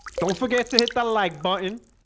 don't forget to hit the like button